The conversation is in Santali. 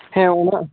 ᱦᱮᱸ ᱚᱱᱟ